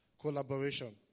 Collaboration